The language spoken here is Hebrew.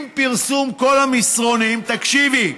אם פרסום כל המסרונים, תקשיבי.